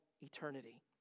eternity